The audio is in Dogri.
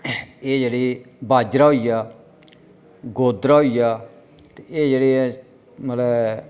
एह् जेह्ड़ी बाजरा होई गेआ गोदर होई गेआ एह् जेह्ड़े न मतलब एह्